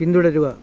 പിന്തുടരുക